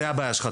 זאת הבעיה שלך,